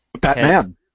Batman